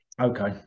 Okay